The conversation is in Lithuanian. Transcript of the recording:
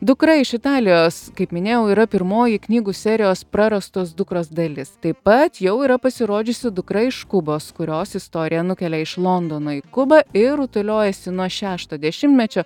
dukra iš italijos kaip minėjau yra pirmoji knygų serijos prarastos dukros dalis taip pat jau yra pasirodžiusi dukra iš kubos kurios istorija nukelia iš londono į kubą ir rutuliojasi nuo šešto dešimtmečio